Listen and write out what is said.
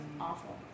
awful